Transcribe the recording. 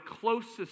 closest